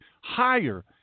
higher